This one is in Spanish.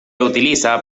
utiliza